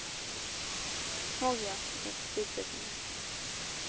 हो गया ठीक है फिर से करो